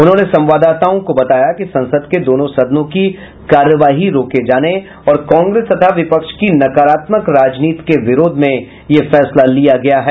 उन्होंने संवाददाताओं को बताया कि संसद के दोनों सदनों की कार्यवाही रोके जाने और कांग्रेस तथा विपक्ष की नकारात्मक राजनीति के विरोध में यह फैसला लिया गया है